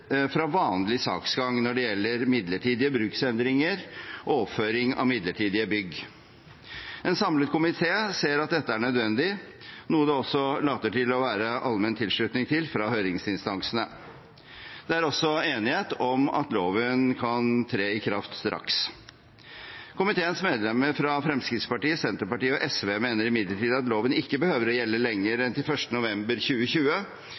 fra vanlig saksgang når det gjelder midlertidige bruksendringer og oppføring av midlertidige bygg. En samlet komité ser at dette er nødvendig, noe det også later til å være allmenn tilslutning til fra høringsinstansene. Det er også enighet om at loven kan tre i kraft straks. Komiteens medlemmer fra Fremskrittspartiet, Senterpartiet og SV mener imidlertid at loven ikke behøver å gjelde lenger enn til 1. november 2020